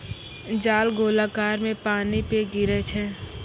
जाल गोलाकार मे पानी पे गिरै छै